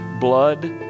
blood